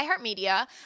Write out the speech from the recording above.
iHeartMedia